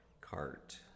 cart